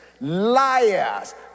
liars